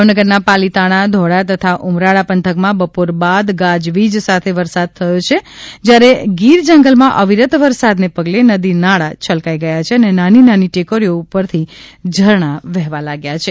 ભાવનગરના પાલીતાણા ધોળા તથા ઉમરાળા પંથકમાં બપોર બાદ ગાજવીજ સાથે વરસાદ શરુ થયો છે જ્યારે ગીર જંગલમાં અવિરત વરસાદને પગલે નદી નાળા છલકાઇ ગયા છે અને નાની નાની ટેકરીઓ ઉપરથી ઝરણાં વહેલા લાગ્યા છે